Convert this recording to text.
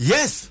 Yes